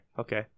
Okay